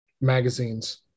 magazines